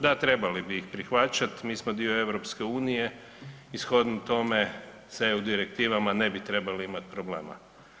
Da, trebali bi ih prihvaćat, mi smo dio EU-a, shodno tome sa EU direktivama ne bi trebali imat problema.